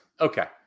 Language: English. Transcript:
Okay